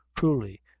truly,